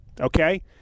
okay